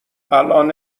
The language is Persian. الان